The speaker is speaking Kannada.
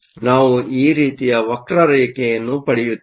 ನಾವು ಈ ರೀತಿಯ ವಕ್ರರೇಖೆಯನ್ನು ಪಡೆಯುತ್ತೇವೆ